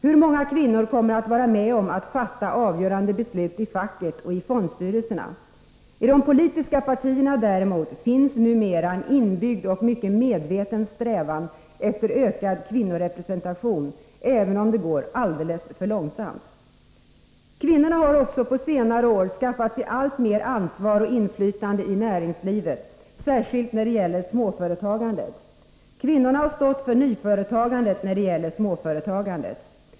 Hur många kvinnor kommer att vara med om att fatta avgörande beslut i facket och i fondstyrelserna? I de politiska partierna däremot finns numera en inbyggd och mycket medveten strävan efter ökad kvinnorepresentation — även om det går alldeles för långsamt. Kvinnorna har också på senare år skaffat sig alltmer ansvar och inflytande i näringslivet, särskilt när det gäller småföretagandet. Kvinnorna har stått för nyföretagandet när det gäller småföretagandet.